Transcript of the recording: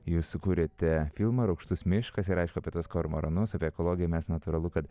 jūs sukūrėte filmą rūgštus miškas ir aišku apie tuos kormoranus apie ekologiją mes natūralu kad